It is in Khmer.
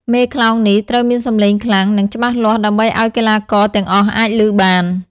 មេខ្លោងនេះត្រូវមានសម្លេងខ្លាំង និងច្បាស់លាស់ដើម្បីឲ្យកីឡាករទាំងអស់អាចឮបាន។